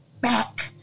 back